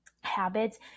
habits